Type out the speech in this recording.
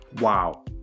Wow